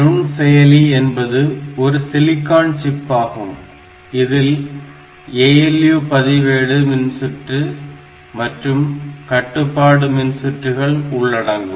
நுண்செயலி என்பது ஒரு சிலிக்கான் சிப் ஆகும் இதில் ALU பதிவேடு மின்சுற்று மற்றும் கட்டுப்பாடு மின்சுற்றுகள் உள்ளடங்கும்